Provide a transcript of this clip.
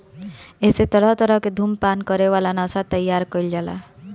एसे तरह तरह के धुम्रपान करे वाला नशा तइयार कईल जाला